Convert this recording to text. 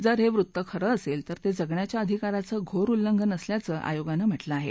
जर हे वृत्त खरे असेल तर ते जगण्याच्या अधिकाराचे घोर उल्लंघन असल्याचं आयोगानं म्हटलं आहे